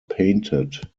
painted